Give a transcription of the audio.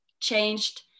changed